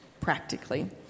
practically